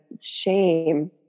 shame